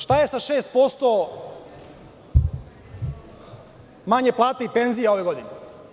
Šta je sa 6% manje plata i penzije ove godine?